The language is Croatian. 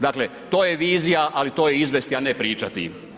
Dakle to je vizija ali to je izvesti a ne pričati.